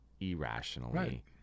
irrationally